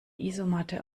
isomatte